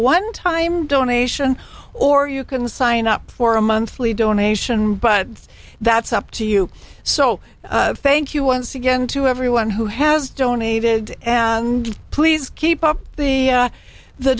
one time donation or you can sign up for a monthly donation but that's up to you so thank you once again to everyone who has don't david and please keep up the